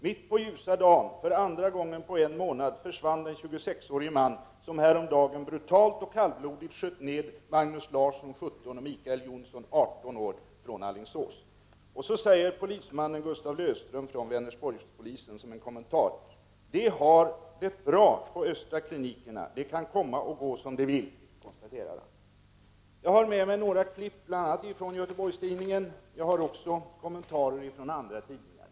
Mitt på ljusa dagen — för andra gången på en månad — försvann den 26 årige man som häromåret brutalt och kallblodigt sköt ner Magnus Larsson, 17 och Mikael Johansson, 18 från Alingsås.” ”De har det bra på Östra klinikerna. De kan komma och gå som de vill.” Detta konstaterar polisman Gustav Löfström från Vänersborgspolisen. Jag har alltså med mig några urklipp från GT. Men jag har också med mig urklipp med kommentarer från andra tidningar.